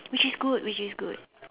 which is good which is good